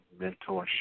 mentorship